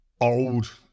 old